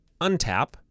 untap